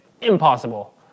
impossible